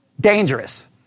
dangerous